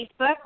Facebook